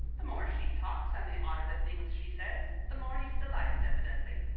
the more she talks and the odder the things she says, the more he's delighted evidently.